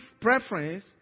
preference